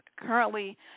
currently